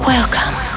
Welcome